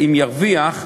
אם ירוויח,